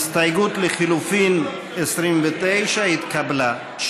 ההסתייגות לחלופין 29 התקבלה.